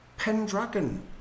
Pendragon